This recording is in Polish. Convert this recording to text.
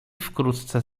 wkrótce